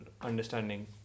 understanding